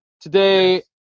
Today